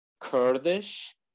Kurdish